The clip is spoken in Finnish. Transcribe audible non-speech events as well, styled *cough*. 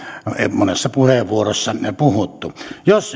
monessa puheenvuorossa puhuttu jos *unintelligible*